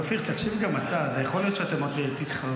אופיר, תקשיב גם אתה, יכול להיות שאתם עוד תתחרטו.